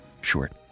Short